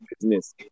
business